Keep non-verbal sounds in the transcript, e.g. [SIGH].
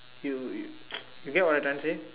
you you [NOISE] you get what I'm trying to say